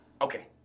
okay